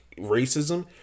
racism